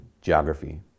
geography